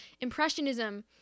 Impressionism